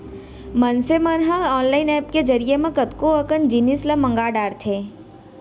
मनसे मन ह ऑनलाईन ऐप के जरिए म कतको अकन जिनिस ल मंगा डरथे